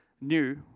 new